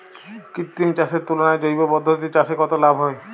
কৃত্রিম চাষের তুলনায় জৈব পদ্ধতিতে চাষে কত লাভ হয়?